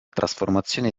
trasformazione